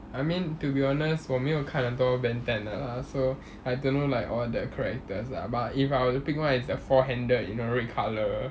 I mean to be honest 我没有看很多 ben ten lah so I don't know like all the characters lah but I were to pick one it's the four handed red colour